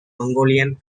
mongolian